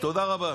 תודה רבה.